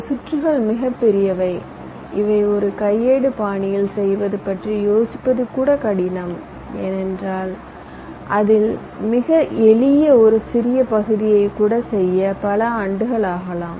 இந்த சுற்றுகள் மிகப் பெரியவை இவை ஒரு கையேடு பாணியில் செய்வது பற்றி யோசிப்பது கூட கடினம் ஏனென்றால் அதில் மிக எளிய ஒரு சிறிய பகுதியைக் கூட செய்ய பல ஆண்டுகள் ஆகும்